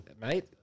mate